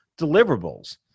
deliverables